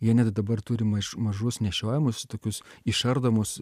jie net dabar turi maiš mažus nešiojamus tokius išardomus